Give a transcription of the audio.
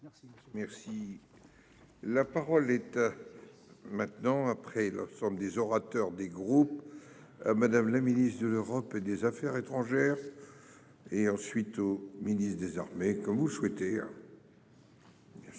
merci. La parole est. Maintenant après la somme des orateurs des groupes. Madame la ministre de l'Europe et des Affaires étrangères. Et ensuite au ministre désormais comme vous souhaitez. Merci